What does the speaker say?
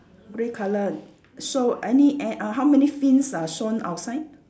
grey colour so any a~ uh how many fins are shown outside